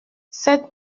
cette